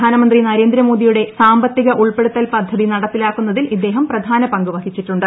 പ്രധാനമന്ത്രി നരേന്ദ്രമോദിയുടെ സാമ്പത്തിക ഉൾപ്പെടുത്തൽ പദ്ധതി നടപ്പിലാക്കുന്നതിൽ ഇദ്ദേഹം പ്രധാന പങ്കുവഹിച്ചിട്ടുണ്ട്